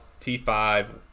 T5